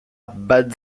bad